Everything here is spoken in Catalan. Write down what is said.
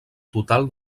total